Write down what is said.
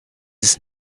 its